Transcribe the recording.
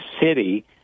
city